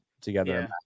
together